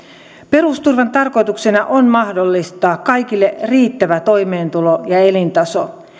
perusturvan tarkoituksena on mahdollistaa kaikille riittävä toimeentulo ja elintaso